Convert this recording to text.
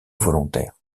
volontaires